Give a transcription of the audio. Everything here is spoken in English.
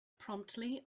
promptly